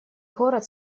город